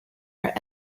are